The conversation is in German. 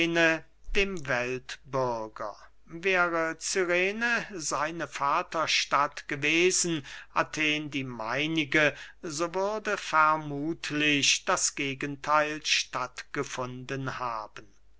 dem weltbürger wäre cyrene seine vaterstadt gewesen athen die meinige so würde vermuthlich das gegentheil statt gefunden haben